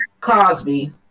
Cosby